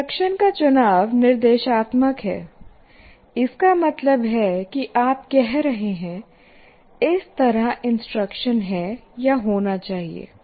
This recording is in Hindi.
इंस्ट्रक्शन का चुनाव निर्देशात्मक है इसका मतलब है कि आप कह रहे हैं इस तरह इंस्ट्रक्शन है या होना चाहिए